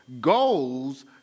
goals